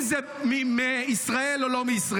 אם זה מישראל או לא מישראל,